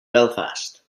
belfast